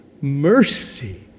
mercy